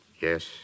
Yes